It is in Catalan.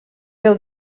del